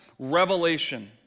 revelation